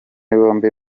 bombi